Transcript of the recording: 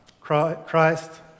Christ